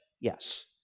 Yes